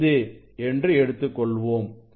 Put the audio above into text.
25 என்று எடுத்துக்கொள்வோம்